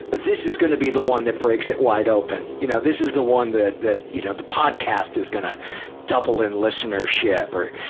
this is going to be the one that breaks it wide open, you know, this is the one that, you know, the podcast is going to double in listenership or,